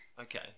Okay